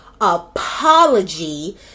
Apology